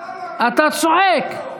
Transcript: אתה צועק.